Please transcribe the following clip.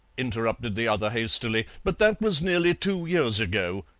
interrupted the other hastily, but that was nearly two years ago.